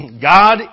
God